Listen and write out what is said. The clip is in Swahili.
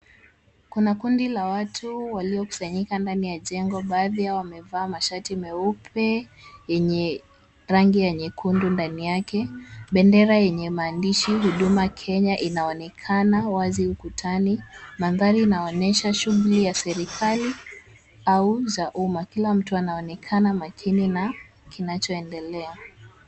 Kuna kundi la watu waliokusanyika ndani ya jengo. Baadhi yao wamevaa mashati meupe, yenye rangi ya nyekundu ndani yake. Bendera yenye maandishi Huduma Kenya inaonekana wazi ukutani. Mandhari inaonyesha shughuli ya serikali, au za umma. kila mtu anaonekana makini na kinachoendelea.